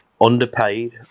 underpaid